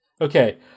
Okay